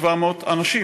1.7 מיליון אנשים,